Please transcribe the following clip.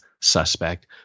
suspect